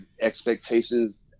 expectations